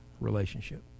relationship